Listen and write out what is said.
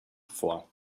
vor